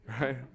right